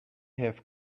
have